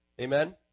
Amen